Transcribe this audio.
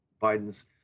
Biden's